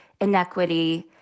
inequity